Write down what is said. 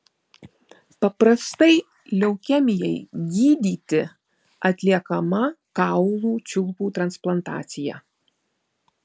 paprastai leukemijai gydyti atliekama kaulų čiulpų transplantacija